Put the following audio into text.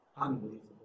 Unbelievable